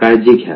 काळजी घ्या